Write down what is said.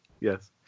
Yes